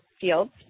fields